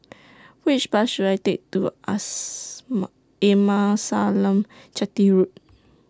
Which Bus should I Take to Amasalam Chetty Road